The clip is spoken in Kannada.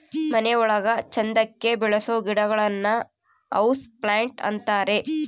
ಮನೆ ಒಳಗ ಚಂದಕ್ಕೆ ಬೆಳಿಸೋ ಗಿಡಗಳನ್ನ ಹೌಸ್ ಪ್ಲಾಂಟ್ ಅಂತಾರೆ